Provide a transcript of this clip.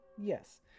Yes